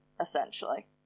essentially